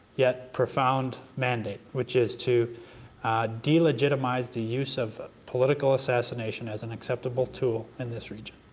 yet profound mandate, which is to delegitimize the use of political assassination as an acceptable tool in this region.